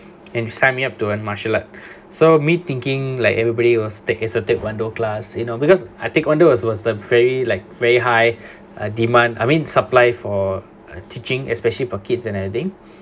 and sign me up to learn martial art so me thinking like everybody was take taekwondo class you know because taekwondo was was the very like very high demand I mean supply for uh teaching especially for kids and everything